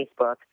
Facebook